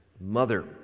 mother